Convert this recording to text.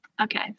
Okay